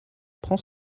prends